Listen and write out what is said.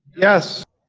yes.